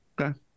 okay